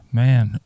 man